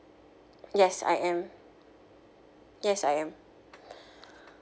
yes I am yes I am